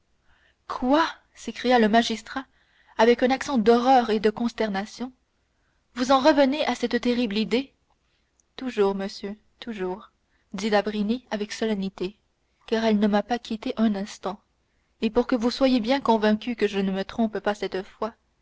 quoi s'écria le magistrat avec un accent d'horreur et de consternation vous en revenez à cette terrible idée toujours monsieur toujours dit d'avrigny avec solennité car elle ne m'a pas quitté un instant et pour que vous soyez bien convaincu que je ne me trompe pas cette fois